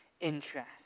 interest